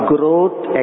Growth